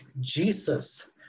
Jesus